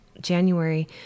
January